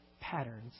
patterns